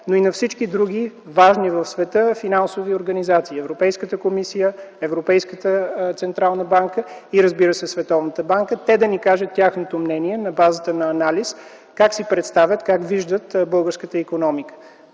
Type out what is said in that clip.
но и на всички други важни в света финансови организации - Европейската комисия, Европейската централна банка и, разбира се, Световната банка, да ни кажат тяхното мнение на базата на анализ как виждат българската икономика.